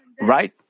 right